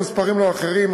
המספרים לא אחרים,